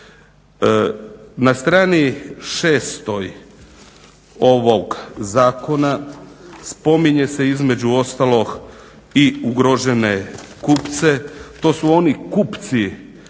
Na strani 6 stoji, ovog zakona, spominje se između ostalog i ugrožene kupce, to su oni kupci